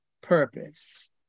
purpose